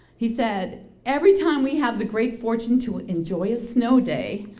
he said, every time we have the great fortune to enjoy a snow day,